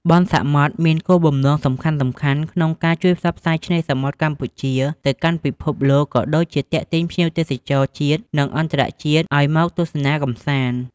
បុណ្យសមុទ្រមានគោលបំណងសំខាន់ៗ ក្នុងការជួយផ្សព្វផ្សាយឆ្នេរសមុទ្រកម្ពុជាទៅកាន់ពិភពលោក ក៏ដូចជាទាក់ទាញភ្ញៀវទេសចរជាតិ និងអន្តរជាតិឱ្យមកទស្សនាកម្សាន្ត។